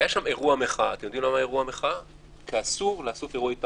היה שם אירוע מחאה כי אסור לעשות אירועי תרבות.